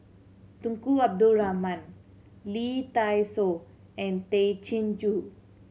Tunku Abdul Rahman Lee Dai Soh and Tay Chin Joo